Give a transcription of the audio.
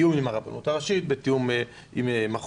בתיאום עם הרבנות הראשית,